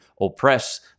oppress